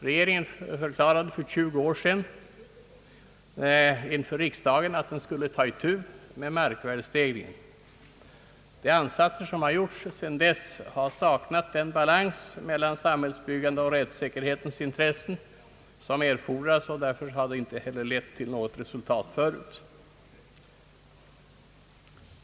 Regeringen förklarade för tjugo år sedan inför riksdagen, att man skulle ta itu med markvärdestegringen. De ansatser som gjorts sedan dess har saknat den balans mellan samhällsbyggandet och rättssäkerhetens intresse, som erfordras, och därför har de heller inte lett till något resultat förut.